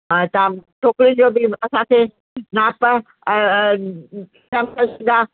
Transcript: हा तव्हां छोकिरियुनि जो बि असांखे नाप सैंपल्स जा